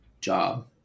job